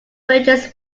religious